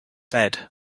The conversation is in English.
bed